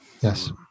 Yes